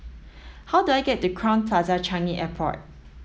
how do I get to Crowne Plaza Changi Airport